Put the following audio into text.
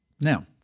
Now